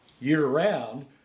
year-round